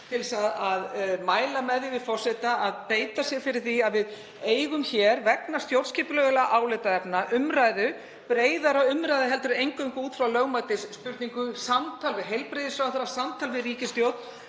til að mæla með því að forseti beiti sér fyrir því að við eigum hér, vegna stjórnskipulegra álitaefna, breiðari umræðu heldur en eingöngu út frá lögmætisspurningu, samtal við heilbrigðisráðherra, samtal við ríkisstjórn,